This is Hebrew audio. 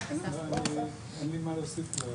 אין לי מה להוסיף.